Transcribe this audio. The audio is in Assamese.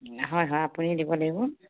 হয় হয় আপুনি দিব লাগিব